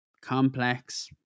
complex